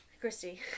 Christy